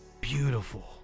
Beautiful